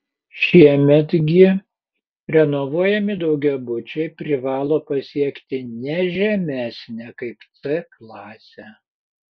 šiemet gi renovuojami daugiabučiai privalo pasiekti ne žemesnę kaip c klasę